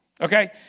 Okay